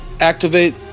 activate